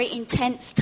intense